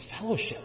fellowship